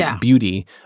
beauty